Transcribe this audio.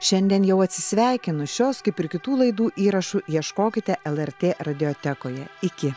šiandien jau atsisveikinu šios kaip ir kitų laidų įrašų ieškokite lrt radiotekoje iki